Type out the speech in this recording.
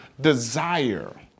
desire